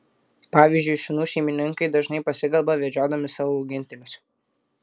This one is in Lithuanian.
pavyzdžiui šunų šeimininkai dažnai pasikalba vedžiodami savo augintinius